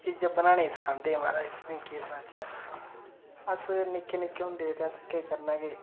चीजां बनाने गी सखांदे हे महाराज तुसेंगी केह् सनाचै अस निक्के निक्के होंदे हे ते अस केह् करना कि